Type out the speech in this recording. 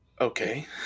Okay